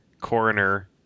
coroner